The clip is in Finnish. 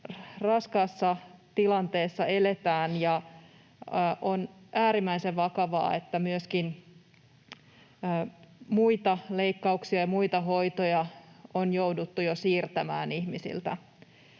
raskaassa tilanteessa eletään, ja on äärimmäisen vakavaa, että myöskin muita leikkauksia ja muita hoitoja on jouduttu jo siirtämään ihmisiltä.